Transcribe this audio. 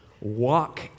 walk